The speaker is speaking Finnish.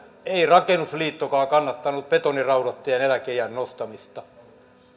ei rakennusliittokaan kannattanut betoniraudoittajien eläkeiän nostamista